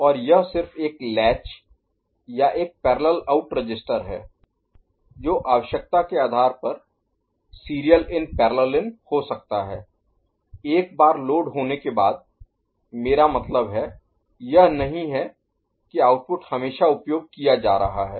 और यह सिर्फ एक लैच या एक पैरेलल आउट रजिस्टर है जो आवश्यकता के आधार पर सीरियल इन पैरेलल इन हो सकता है एक बार लोड होने के बाद मेरा मतलब है यह नहीं है की आउटपुट हमेशा उपयोग किया जा रहा है